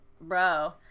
bro